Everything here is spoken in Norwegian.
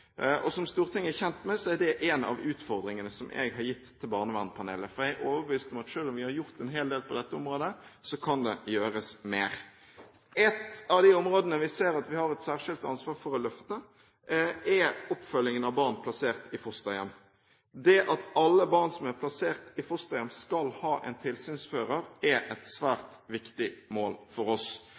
familier. Som Stortinget er kjent med, er det en av utfordringene som jeg har gitt til barnevernspanelet, for jeg er overbevist om at selv om vi har gjort en hel del på dette området, kan det gjøres mer. Et av de områdene som vi ser at vi har et særskilt ansvar for å løfte, er oppfølging av barn plassert i fosterhjem. Det at alle barn som er plassert i fosterhjem, skal ha en tilsynsfører, er et svært viktig mål for oss.